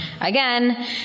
again